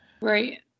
Right